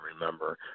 remember